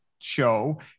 show